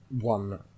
one